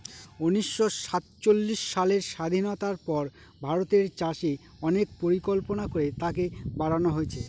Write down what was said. উনিশশো সাতচল্লিশ সালের স্বাধীনতার পর ভারতের চাষে অনেক পরিকল্পনা করে তাকে বাড়নো হয়েছে